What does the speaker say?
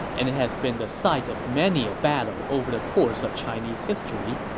and it has been the site of many a battle over the course of chinese history.